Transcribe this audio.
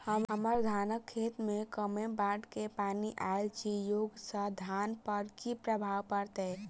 हम्मर धानक खेत मे कमे बाढ़ केँ पानि आइल अछि, ओय सँ धान पर की प्रभाव पड़तै?